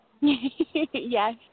Yes